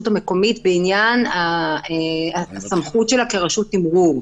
המקומית בעניין הסמכות שלה כרשות תימרור.